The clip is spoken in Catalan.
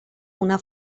una